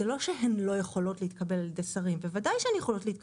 זה לא שהן לא יכולות להתקבל על ידי שרים - בוודאי שהן יכולות.